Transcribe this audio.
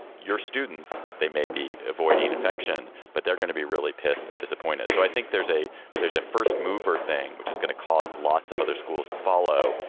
your students, they may be avoiding infection, but they're gonna be really pissed and disappointed. so i think there's a there's a first mover thing which is going to cause lots of other schools to follow.